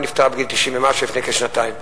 ונפטרה בגיל 90 ומשהו לפני כשנתיים.